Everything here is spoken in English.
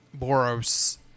Boros